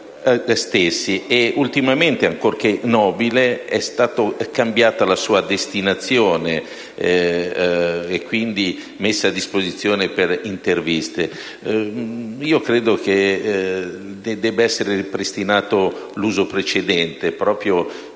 stessi. Ultimamente, ancorché nobile, è stata cambiata la sua destinazione d'uso ed è stata messa a disposizione per rilasciare interviste. Io credo che debba essere ripristinato l'uso precedente proprio